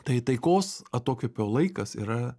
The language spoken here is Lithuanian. tai taikos atokvėpio laikas yra